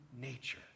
nature